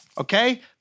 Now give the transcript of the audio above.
okay